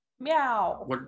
Meow